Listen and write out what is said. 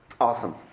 awesome